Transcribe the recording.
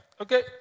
Okay